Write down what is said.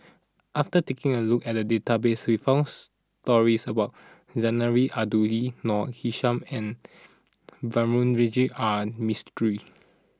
after taking a look at the database we found stories about Zarinah Abdullah Noor Aishah and R Mistri